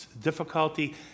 Difficulty